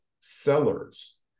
sellers